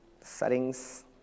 settings